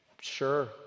Sure